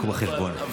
קחו בחשבון.